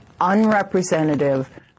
unrepresentative